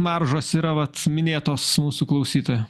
maržos yra vat minėtos mūsų klausytojo